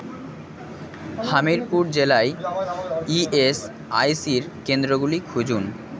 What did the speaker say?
হামিরপুর জেলায় E S I C র কেন্দ্রগুলি খুঁজুন